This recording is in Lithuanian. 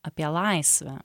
apie laisvę